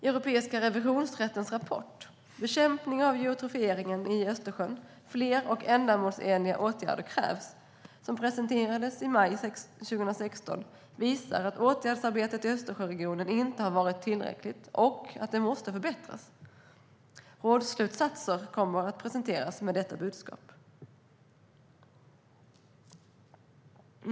Europeiska revisionsrättens rapport Bekämpning av eutrofieringen i Östersjön: fler och mer ändamålsenliga åtgärder krävs som presenterades i maj 2016 visar att åtgärdsarbetet i Östersjöregionen inte har varit tillräckligt och måste förbättras. Rådsslutsatser kommer snart att presenteras med detta budskap.